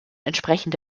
entsprechend